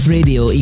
Radio